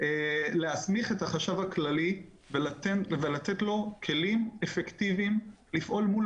להסמיך את החשב הכללי ולתת לו כלים אפקטיביים לפעול מול